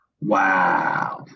Wow